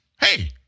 hey